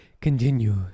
continues